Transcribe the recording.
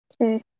Okay